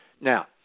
Now